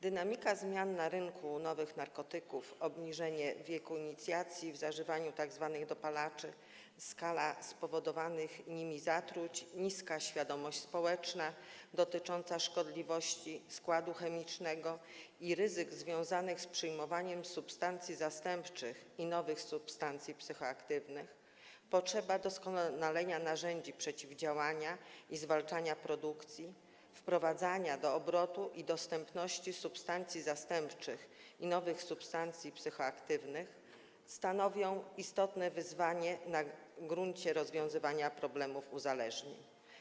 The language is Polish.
Dynamika zmian na rynku nowych narkotyków, obniżenie wieku inicjacji w zakresie zażywania tzw. dopalaczy, skala spowodowanych nimi zatruć, niska świadomość społeczna dotycząca szkodliwości, składu chemicznego i ryzyka związanego z przyjmowaniem substancji zastępczych i nowych substancji psychoaktywnych, potrzeba doskonalenia narzędzi przeciwdziałania i zwalczania produkcji, wprowadzania do obrotu i dostępności substancji zastępczych i nowych substancji psychoaktywnych stanowią istotne wyzwanie na gruncie rozwiązywania problemów uzależnień.